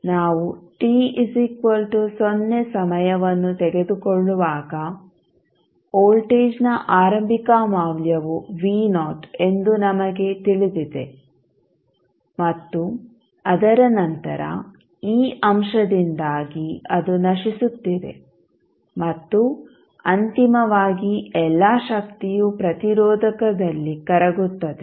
ಆದ್ದರಿಂದ ನಾವು t 0 ಸಮಯವನ್ನು ತೆಗೆದುಕೊಳ್ಳುವಾಗ ವೋಲ್ಟೇಜ್ನ ಆರಂಭಿಕ ಮೌಲ್ಯವು ಎಂದು ನಮಗೆ ತಿಳಿದಿದೆ ಮತ್ತು ಅದರ ನಂತರ ಈ ಅಂಶದಿಂದಾಗಿ ಅದು ನಶಿಸುತ್ತಿದೆ ಮತ್ತು ಅಂತಿಮವಾಗಿ ಎಲ್ಲಾ ಶಕ್ತಿಯು ಪ್ರತಿರೋಧಕದಲ್ಲಿ ಕರಗುತ್ತದೆ